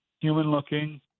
human-looking